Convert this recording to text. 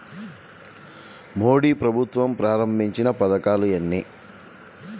మోదీ ప్రభుత్వం ప్రారంభించిన పథకాలు ఎన్ని?